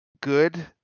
good